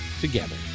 together